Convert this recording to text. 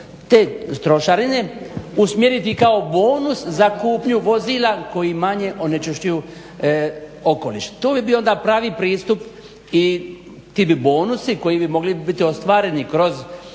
te trošarine usmjeriti kao bonus za kupnju vozila koji manje onečišćuju okoliš. To bi bio onda pravi pristup i ti bi bonusi koji bi mogli biti ostvareni kroz